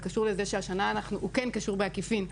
הוא כן קשור בעקיפין,